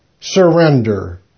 Surrender